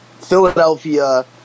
Philadelphia